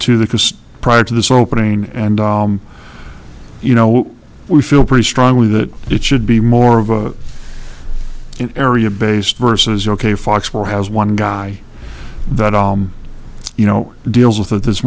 to that just prior to this opening and you know we feel pretty strongly that it should be more of an area based versus ok foxwell has one guy that all you know deals with that there's